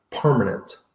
permanent